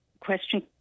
question